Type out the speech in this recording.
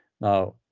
Now